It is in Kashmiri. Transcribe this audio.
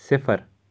صِفر